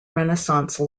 renaissance